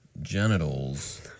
Genitals